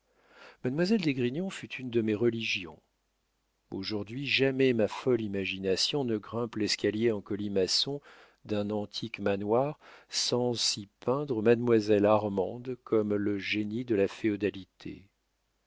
mademoiselle d'esgrignon fut une de mes religions aujourd'hui jamais ma folle imagination ne grimpe l'escalier en colimaçon d'un antique manoir sans s'y peindre mademoiselle armande comme le génie de la féodalité